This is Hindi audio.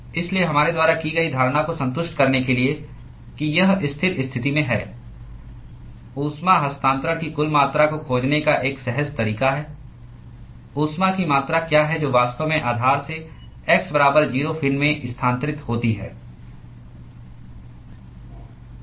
इसलिए हमारे द्वारा की गई धारणा को संतुष्ट करने के लिए कि यह स्थिर स्थिति में है ऊष्मा हस्तांतरण की कुल मात्रा को खोजने का एक सहज तरीका है ऊष्मा की मात्रा क्या है जो वास्तव में आधार से x बराबर 0 फिन में स्थानांतरित होती है